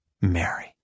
Mary